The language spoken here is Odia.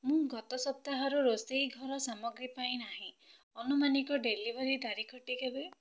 ମୁଁ ଗତ ସପ୍ତାହରୁ ରୋଷେଇଘର ସାମଗ୍ରୀ ପାଇ ନାହିଁ ଅନୁମାନିକ ଡେଲିଭରି ତାରିଖଟି କେବେ